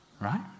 right